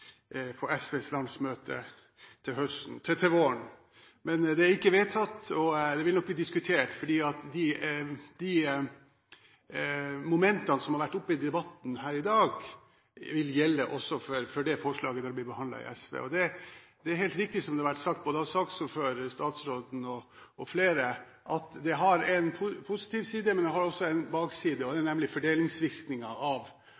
på SVs landsmøte til våren, men det er ikke vedtatt, og det vil nok bli diskutert. De momentene som har vært oppe i debatten her i dag, vil gjelde også for det forslaget som skal behandles i SV. Det er helt riktig, som det har vært sagt av både saksordføreren, statsråden og flere, at det har en positiv side, men det har også en bakside, og det er nemlig hvordan fordelingsvirkningene av